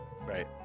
right